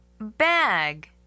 bag